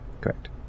Correct